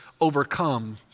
overcome